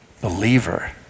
believer